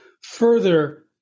further